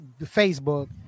Facebook